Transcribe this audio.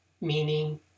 meaning